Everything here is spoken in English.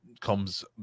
comes